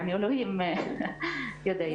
אלוהים יודע.